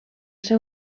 ser